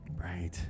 Right